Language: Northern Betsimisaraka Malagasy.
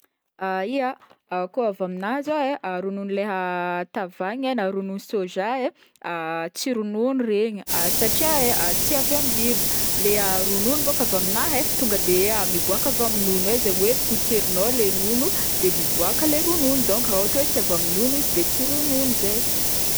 Ya, a koa avy amina zao e, ronono leha tavanina na ronono soja e, tsy ronono regny satria e tsy avy amy biby, leha ronono bôko avy aminahy e tonga de miboaka avy amy nono e, zagny hoe potserinao le nono de miboaka le ronono, donc raha tsy avy amy nono izy de tsy ronono zay.